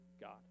God